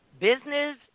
business